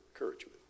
encouragement